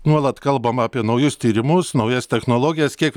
nuolat kalbam apie naujus tyrimus naujas technologijas kiek